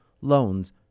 loans